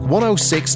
106